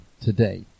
today